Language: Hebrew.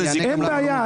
אין בעיה,